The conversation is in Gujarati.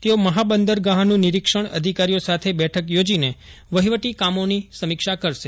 તેઓ મહાબંદરગાહનું નિરીક્ષણ અધિકારીઓ સાથે બેઠક યોજીને વહીવટી કામોની સમીક્ષા કરશે